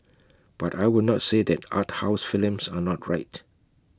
but I will not say that art house films are not right